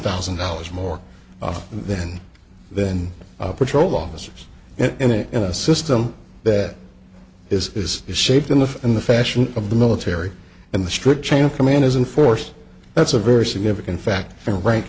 thousand dollars more often than than patrol officers and that in a system that is is is shaped in the in the fashion of the military and the strict chain of command is a force that's a very significant factor ran